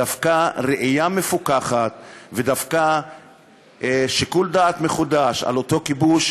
דווקא ראייה מפוכחת ודווקא שיקול דעת מחודש על אותו כיבוש,